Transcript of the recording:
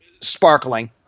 sparkling